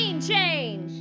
change